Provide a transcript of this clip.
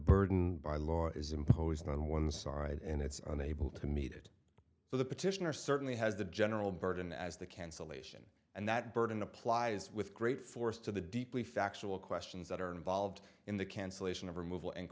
burden by law is imposed on one side and it's on able to meet it so the petitioner certainly has the general burden as the cancellation and that burden applies with great force to the deeply factual questions that are involved in the cancellation of removal and